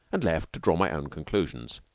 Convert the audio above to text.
and left to draw my own conclusions.